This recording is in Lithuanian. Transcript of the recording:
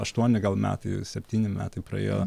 aštuoni gal metai septyni metai praėjo